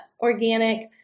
organic